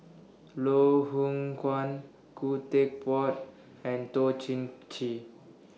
Loh Hoong Kwan Khoo Teck Puat and Toh Chin Chye